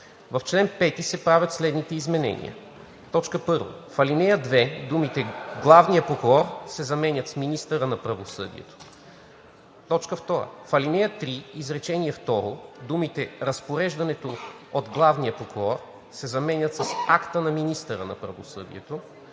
В чл. 5 се правят следните изменения: „1. В ал. 2 думите „главния прокурор“ се заменят с „министъра на правосъдието“. 2. В ал. 3, изречение второ думите „разпореждането от главния прокурор“ се заменят с „акта на министъра на правосъдието“.